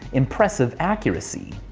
impressive accuracy.